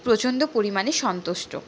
প্রচন্ড পরিমাণে সন্তুষ্ট